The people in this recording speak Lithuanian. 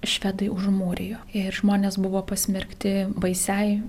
švedai užmūrijo ir žmonės buvo pasmerkti baisiai